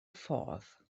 forth